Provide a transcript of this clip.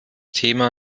thema